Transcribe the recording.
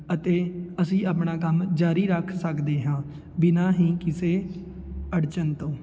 ਅਤੇ ਅਸੀਂ ਆਪਣਾ ਕੰਮ ਜਾਰੀ ਰੱਖ ਸਕਦੇ ਹਾਂ ਬਿਨਾਂ ਹੀ ਕਿਸੇ ਅੜਚਨ ਤੋਂ